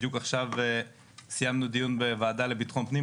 בדיוק עכשיו סיימנו דיון בוועדה לביטחון פנים,